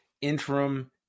interim